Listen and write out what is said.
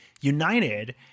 United